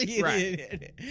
right